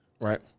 Right